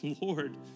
Lord